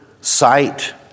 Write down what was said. sight